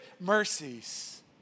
mercies